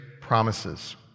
promises